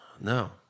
no